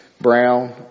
Brown